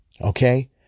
Okay